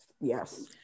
yes